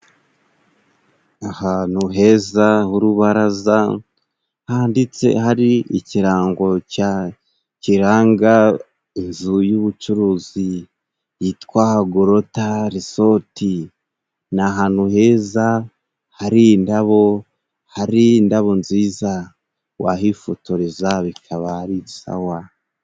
Ahantu heza h' urubaraza handitse hari ikirango cya kiranga inzu y'ubucuruzi yitwa Gorotarisoti ni ahantu heza hari indabo, hari indabo nziza wahifotoreza bikaba ari sawa.